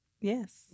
Yes